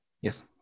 Yes